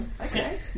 okay